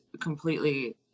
completely